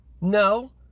No